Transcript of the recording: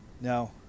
Now